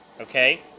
Okay